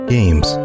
Games